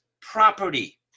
property